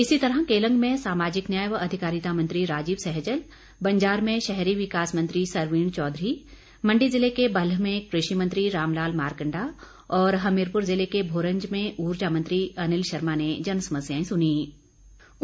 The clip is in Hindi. इसी तरह केलंग में सामाजिक न्याय व अधिकारिता मंत्री राजीव सहजल बंजार में शहरी विकास मंत्री सरवीण चौधरी मण्डी ज़िले के बल्ह में कृषि मंत्री रामलाल मारकण्डा और हमीरपुर ज़िले के भोरंज में ऊर्जा मंत्री अनिल शर्मा ने जन समस्याएं सुनीं